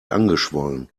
angeschwollen